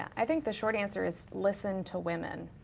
i think the short answer is listen to women.